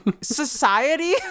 society